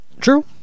True